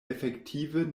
efektive